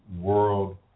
world